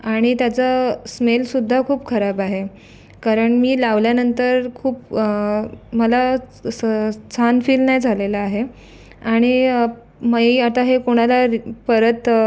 आणि त्याचा स्मेलसुद्धा खूप खराब आहे कारण मी लावल्यानंतर खूप मला सं असं छान फील नाही झालेलं आहे आणि मै आता हे कोणाला परत